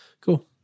Cool